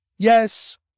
Yes